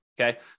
okay